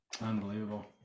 Unbelievable